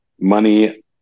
Money